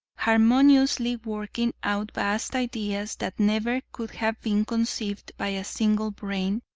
harmoniously working out vast ideas that never could have been conceived by a single brain,